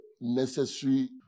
necessary